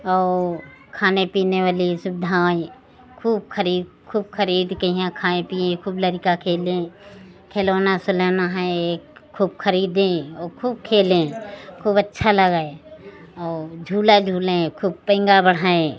और खाने पीने वाली सुविधाएँ खूब खरीद खूब खरीद के वहाँ खाए पिए खूब लड़का खेले खिलौना सिलौना है खूब खरीदे और खूब खेले खूब अच्छा लगा और झूला झूले खूब पींग बढ़ाए